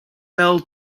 fell